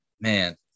man